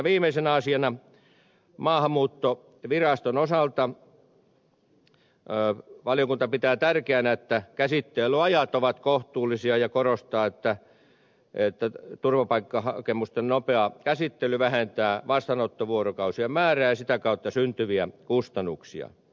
viimeisenä asiana maahanmuuttoviraston osalta valiokunta pitää tärkeänä että käsittelyajat ovat kohtuullisia ja korostaa että turvapaikkahakemusten nopea käsittely vähentää vastaanottovuorokausien määrää ja sitä kautta syntyviä kustannuksia